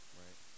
right